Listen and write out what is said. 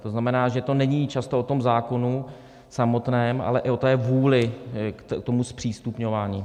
To znamená, že to není často o tom zákonu samotném, ale i o té vůli k tomu zpřístupňování.